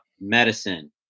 medicine